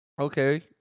Okay